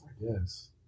Yes